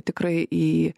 tikrai į